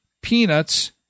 peanuts